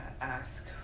ask